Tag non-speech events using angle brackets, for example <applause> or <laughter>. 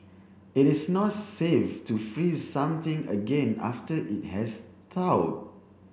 it is not safe to freeze something again after it has <unintelligible>